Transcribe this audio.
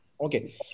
Okay